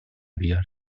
بیاره